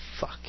fuck